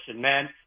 man